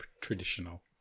traditional